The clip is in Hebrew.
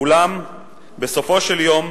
אולם בסופו של יום,